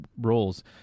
roles